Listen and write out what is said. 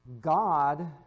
God